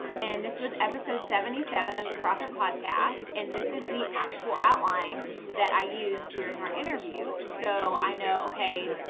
and this was episode seventy seven of the proffitt podcast. and this is the actual outline that i use during our interview. so i know okay,